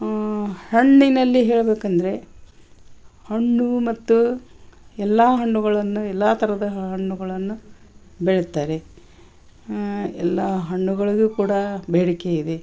ಹಣ್ಣಿನಲ್ಲಿ ಹೇಳ್ಬೇಕೆಂದ್ರೆ ಹಣ್ಣು ಮತ್ತು ಎಲ್ಲ ಹಣ್ಣುಗಳನ್ನು ಎಲ್ಲ ಥರದ ಹಣ್ಣುಗಳನ್ನು ಬೆಳೀತಾರೆ ಎಲ್ಲ ಹಣ್ಣುಗಳಿಗೂ ಕೂಡ ಬೇಡಿಕೆಯಿದೆ